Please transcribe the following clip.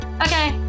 Okay